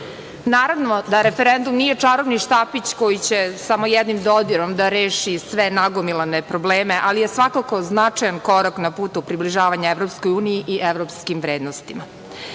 Naravno, da referendum nije čarobni štapić koji će samo jednim dodirom da reši sve nagomilane probleme, ali je svakako značajan korak na putu približavanja EU i evropskim vrednostima. Građani